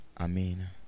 Amen